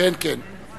כן, כן.